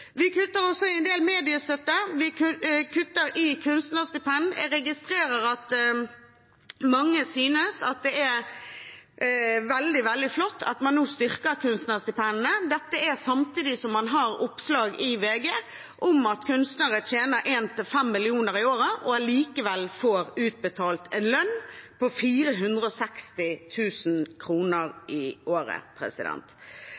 Vi kutter også en del mediestøtte, og vi kutter i kunstnerstipend. Jeg registrerer at mange synes at det er veldig, veldig flott at man nå styrker kunstnerstipendene. Dette skjer samtidig som det er oppslag i VG om at kunstnere tjener 1–5 mill. kr i året og likevel får utbetalt en lønn på